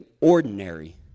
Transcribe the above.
ordinary